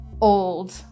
old